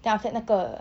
then after that 那个